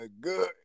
good